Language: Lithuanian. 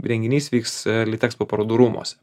renginys vyks litekspo parodų rūmuose